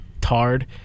Tard